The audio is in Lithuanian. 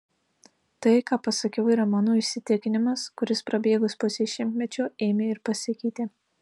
tai ką pasakiau yra mano įsitikinimas kuris prabėgus pusei šimtmečio ėmė ir pasikeitė